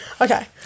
okay